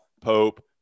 Pope